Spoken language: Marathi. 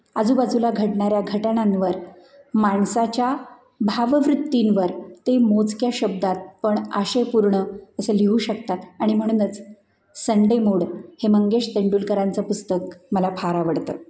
आजूबाजूला घडणाऱ्या घटनांवर माणसाच्या भाववृत्तींवर ते मोजक्या शब्दात पण आशयपूर्ण असं लिहू शकतात आणि म्हणूनच संडे मूड हे मंगेश तेंडुलकरांचं पुस्तक मला फार आवडतं